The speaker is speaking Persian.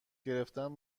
گرفتن